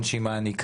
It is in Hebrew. בכוחנות,